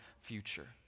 future